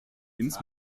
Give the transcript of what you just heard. ins